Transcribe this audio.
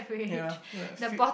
ya the fi~